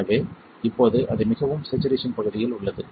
எனவே இப்போது அது மிகவும் ஸேச்சுரேஷன் பகுதியில் உள்ளது